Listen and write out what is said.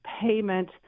payment